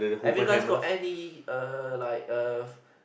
have you guys got any err like err